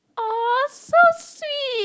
oh so sweet